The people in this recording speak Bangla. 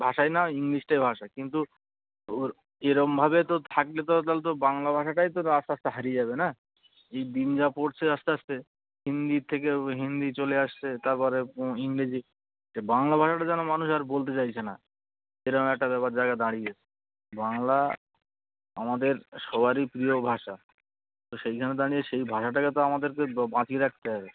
ভাষাই না ইংলিশটাই ভাষা কিন্তু ওর এরমভাবে তো থাকলে তো তাহলে তো বাংলা ভাষাটাই তো আস্তে আস্তে হারিয়ে যাবে না এই দিন যা পড়ছে আস্তে আস্তে হিন্দির থেকে হিন্দি চলে আসছে তাপরে ইংরেজি তা বাংলা ভাষাটা যেন মানুষ আর বলতে চাইছে না এরকম একটা ব্যাপার জায়গায় দাঁড়িয়েছে বাংলা আমাদের সবারই প্রিয় ভাষা তো সেইখানে দাঁড়িয়ে সেই ভাষাটাকে তো আমাদেরকে বাঁচিয়ে রাখতে হবে